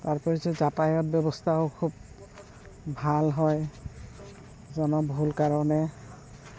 তাৰোপৰি যে যাতায়ত ব্যৱস্থাও খুব ভাল হয় জনবহুল কাৰণে